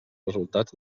resultats